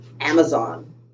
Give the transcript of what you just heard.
Amazon